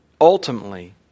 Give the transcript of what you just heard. ultimately